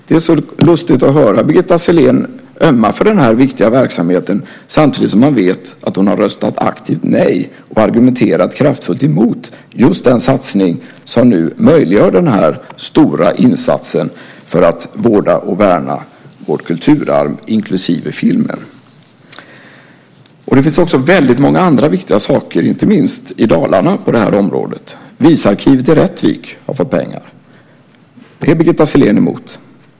Det är lustigt att höra Birgitta Sellén ömma för den här viktiga verksamheten samtidigt som man vet att hon har röstat aktivt nej och argumenterat kraftfullt emot just den satsning som nu möjliggör den här stora insatsen för att vårda och värna vårt kulturarv, inklusive filmen. Det finns också väldigt många andra viktiga saker, inte minst i Dalarna, på det här området. Visarkivet i Rättvik har fått pengar. Det är Birgitta Sellén emot.